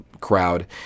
crowd